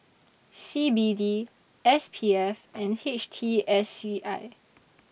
C B D S P F and H T S C I